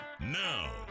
Now